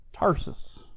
Tarsus